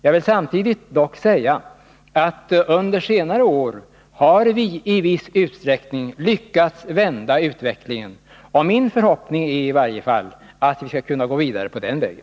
Jag vill dock samtidigt säga att vi under senare år i viss utsträckning har lyckats vända utvecklingen. Min förhoppning är i varje fall att vi skall kunna gå vidare på den vägen.